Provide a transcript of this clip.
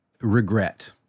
regret